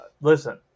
listen